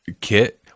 Kit